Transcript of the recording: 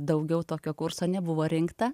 daugiau tokio kurso nebuvo rinkta